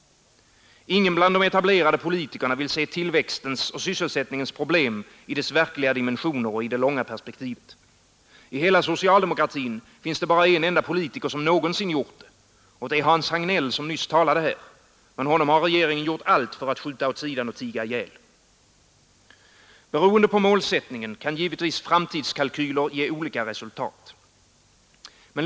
Ingen bland de etablerade politikerna vill se tillväxtens och sysselsättningens problem i deras verkliga dimensioner och i det långa perspektivet. I hela socialdemokratin finns det bara en enda politiker som någonsin gjort det, och det är Hans Hagnell, som nyss talade här — men honom har regeringen gjort allt för att skjuta åt sidan och tiga ihjäl. Beroende på målsättningen kan givetvis framtidskalkyler ge olika resultat.